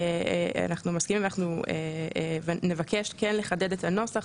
אנחנו מסכימים ונבקש כן לחדד את הנוסח,